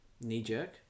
Knee-jerk